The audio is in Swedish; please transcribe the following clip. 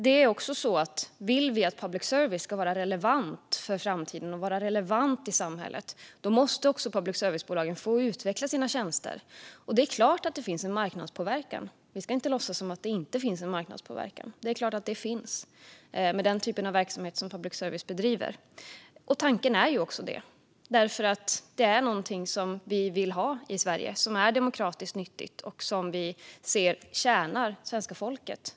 Men om vi vill att public service ska vara relevant för framtiden och relevant i samhället måste också public service-bolagen få utveckla sina tjänster, och det är klart att det finns en marknadspåverkan. Vi ska inte låtsas som att det inte finns en marknadspåverkan. Det är klart att den finns med den typen av verksamhet som public service bedriver. Tanken är också att prövningen är något vi vill ha i Sverige som är demokratiskt nyttigt och som vi ser tjänar svenska folket.